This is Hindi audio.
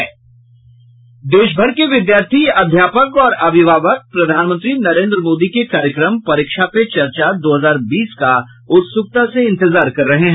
देशभर के विद्यार्थी अध्यापक और अभिभावक प्रधानमंत्री नरेन्द्र मोदी के कार्यक्रम परीक्षा पे चर्चा दो हजार बीस का उत्सुकता से इंतजार कर रहे हैं